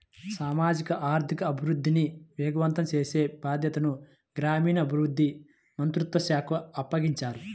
సామాజిక ఆర్థిక అభివృద్ధిని వేగవంతం చేసే బాధ్యతను గ్రామీణాభివృద్ధి మంత్రిత్వ శాఖకు అప్పగించారు